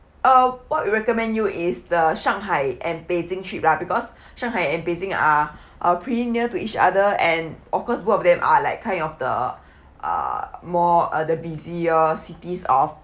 oh what we recommend you is the shanghai and beijing trip lah because shanghai and beijing are are pretty near to each other and of course both of them are like kind of the uh more uh the busiest cities of